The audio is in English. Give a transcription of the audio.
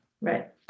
Right